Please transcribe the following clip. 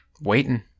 waiting